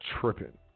tripping